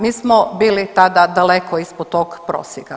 Mi smo bili tada daleko ispod tog prosjeka.